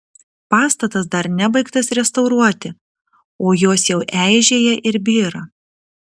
pastatas dar nebaigtas restauruoti o jos jau eižėja ir byra